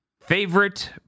Favorite